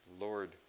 Lord